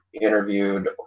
interviewed